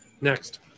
Next